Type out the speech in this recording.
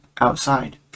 outside